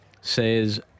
Says